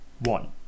one